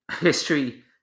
History